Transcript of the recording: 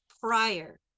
prior